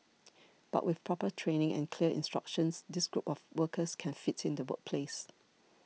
but with proper training and clear instructions this group of workers can fit in the workplace